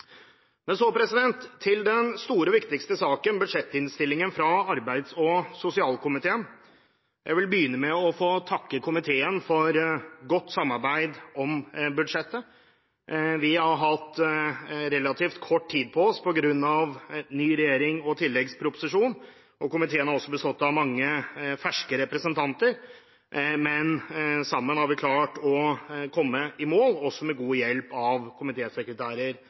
Men så til den store og viktigste saken, budsjettinnstillingen fra arbeids- og sosialkomiteen. Jeg vil begynne med å få takke komiteen for godt samarbeid om budsjettet. Vi har hatt relativt kort tid på oss på grunn av ny regjering og tilleggsproposisjonen. Komiteen har også bestått av mange ferske representanter, men sammen har vi klart å komme i mål, med god hjelp av